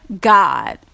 God